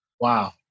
Wow